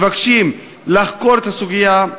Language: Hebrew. מבקשים לחקור את הסוגיה,